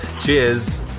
Cheers